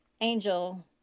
Angel